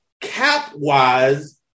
cap-wise